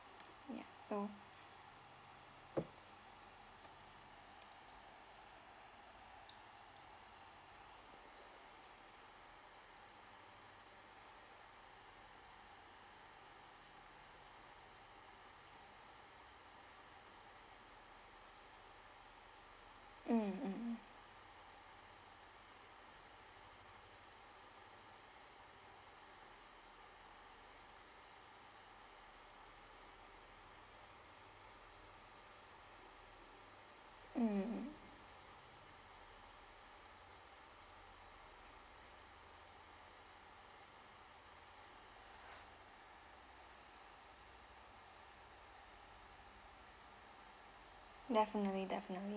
ya so mm mm mm mm mm definitely definitely